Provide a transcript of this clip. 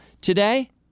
Today